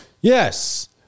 Yes